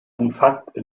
umfasst